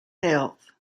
health